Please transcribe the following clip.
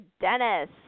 Dennis